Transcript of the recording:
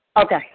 Okay